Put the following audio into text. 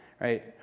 right